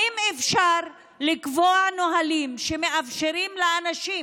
האם אפשר לקבוע נהלים שמאפשרים לאנשים